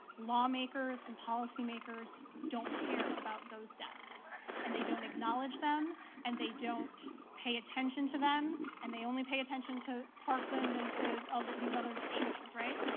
lawmakers and policymakers don't care about those deaths and they don't acknowledge them and they don't pay attention to them and they only pay attention to parkland and to all these other shootings, right?